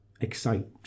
excite